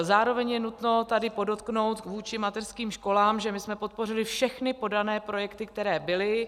Zároveň je nutno tady podotknout vůči mateřským školám, že my jsme podpořili všechny podané projekty, které byly.